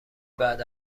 بعد